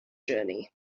journey